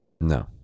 no